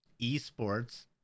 Esports